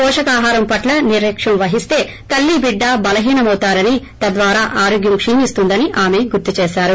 పౌష్టికాహారం పట్ల నిర్ణక్కం వహిస్త తల్లిబిడ్డ బలహీనులవుతారని తద్వారా ఆరోగ్యం కీణిస్తుంది ఆమె గుర్తుచేశారు